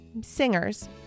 singers